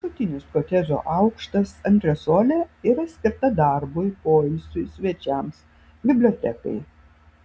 viršutinis kotedžo aukštas antresolė yra skirta darbui poilsiui svečiams bibliotekai